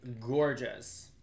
gorgeous